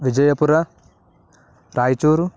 Vijayapura Raichur